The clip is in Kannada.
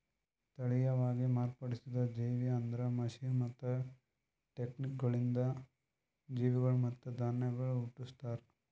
ತಳಿಯವಾಗಿ ಮಾರ್ಪಡಿಸಿದ ಜೇವಿ ಅಂದುರ್ ಮಷೀನ್ ಮತ್ತ ಟೆಕ್ನಿಕಗೊಳಿಂದ್ ಜೀವಿಗೊಳ್ ಮತ್ತ ಧಾನ್ಯಗೊಳ್ ಹುಟ್ಟುಸ್ತಾರ್